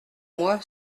moi